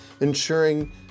ensuring